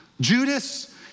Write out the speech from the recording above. Judas